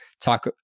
talk